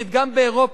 גם באירופה,